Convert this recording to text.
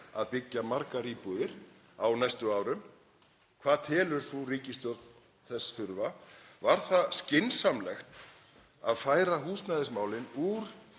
að byggja margar íbúðir á næstu árum? Hvað telur sú ríkisstjórn þurfa? Var skynsamlegt að færa húsnæðismálin úr